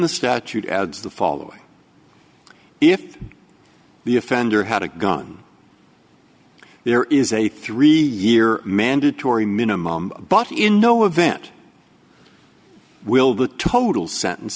the statute adds the following if the offender had a gun there is a three year mandatory minimum but in no event will the total sentence